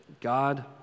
God